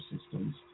systems